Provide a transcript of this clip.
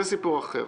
זה סיפור אחר.